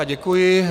Děkuji.